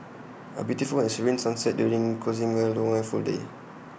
A beautiful and serene sunset during closing A long and full day